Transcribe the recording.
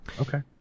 okay